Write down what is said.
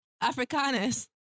Africanus